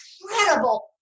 incredible